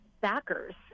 backers